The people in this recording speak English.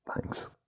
Thanks